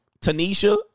Tanisha